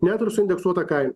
net ir su indeksuota kaina